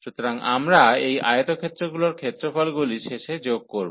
সুতরাং আমরা এই আয়তক্ষেত্রগুলির ক্ষেত্রফলগুলি শেষে যোগ করব